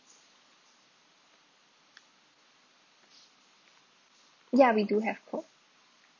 yeah we do have coke